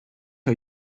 are